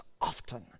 often